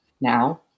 now